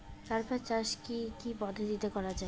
কার্পাস চাষ কী কী পদ্ধতিতে করা য়ায়?